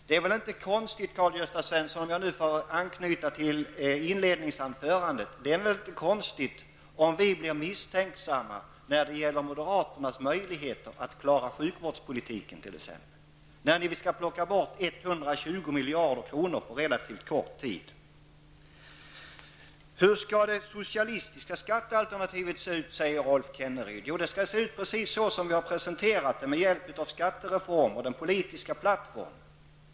Det är väl inte konstigt, Karl Gösta Svenson -- om jag nu får anknyta till inledningsanförandet -- om vi blir misstänksamma när det gäller moderaternas möjligheter att t.ex. klara av sjukvårdspolitiken när ni skall plocka bort 120 miljarder kronor på en relativt kort tid? Hur skall det socialistiska skattealternativet se ut? frågar Rolf Kenneryd. Jo, det skall se ut precis som vi har presenterat det med hjälp av skattereformen och den politiska plattformen.